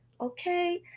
okay